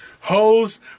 Hoes